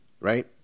right